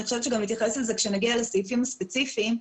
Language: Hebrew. אני חושבת שגם נתייחס לזה כשנגיע לסעיפים הספציפיים.